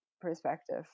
perspective